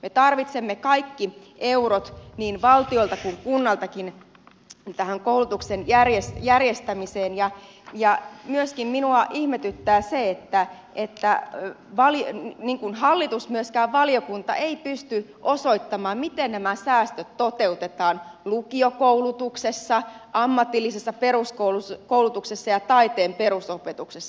me tarvitsemme kaikki eurot niin valtiolta kuin kunniltakin tähän koulutuksen järjestämiseen ja minua ihmetyttää myöskin se että hallitus tai myöskään valiokunta ei pysty osoittamaan miten nämä säästöt toteutetaan lukiokoulutuksessa ammatillisessa peruskoulutuksessa ja taiteen perusopetuksessa